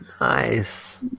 Nice